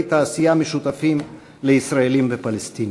תעשייה משותפים לישראלים ולפלסטינים.